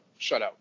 shutout